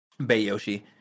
Bayoshi